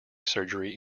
surgery